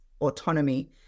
autonomy